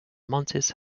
montes